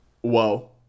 Whoa